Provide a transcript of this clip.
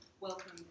welcome